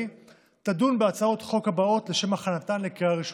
תדון בהצעות החוק הבאות לשם הכנתן לקריאה ראשונה: